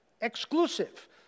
exclusive